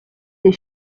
des